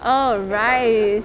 oh rice